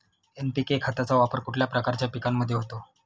NPK खताचा वापर कुठल्या प्रकारच्या पिकांमध्ये होतो?